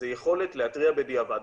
זו יכולת להתריע בדיעבד.